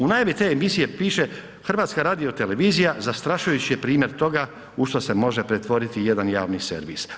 U najavi te emisije piše HRT zastrašujući je primjer toga u što se može pretvoriti jedan javni servis.